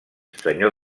senyor